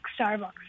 Starbucks